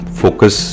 focus